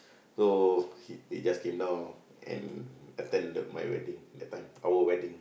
so he they just came down and attended my wedding that time our wedding